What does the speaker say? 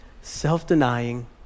Self-denying